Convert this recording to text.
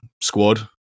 squad